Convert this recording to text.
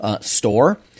store